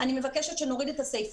אני מבקשת שנוריד את הסיפה.